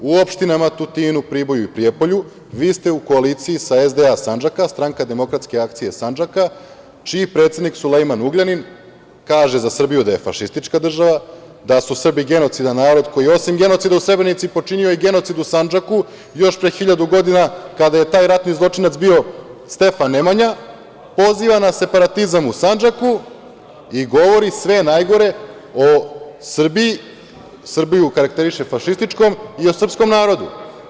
U opštinama Tutinu, Priboju i Prijepolju, vi ste u koaliciji sa SDA Sandžaka, stranka Demokratske akcije Sandžaka, čiji predsednik Sulejman Ugljanin, kaže za Srbiju da je fašistička država, da su Srbi genocidan narod koji je osim genocida u Srebrenici počinio i genocid u Sandžaku još pre 1.000 godina, kada je taj ratni zločinac bio Stefan Nemanja, poziva na separatizam u Sandžaku i govori sve najgore o Srbiji, Srbiju karakteriše fašističkom i o srpskom narodu.